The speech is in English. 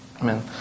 Amen